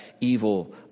evil